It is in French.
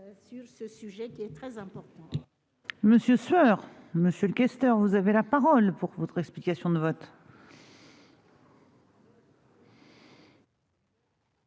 sur ce sujet, qui est très important.